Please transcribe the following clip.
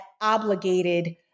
obligated